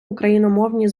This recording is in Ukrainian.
україномовні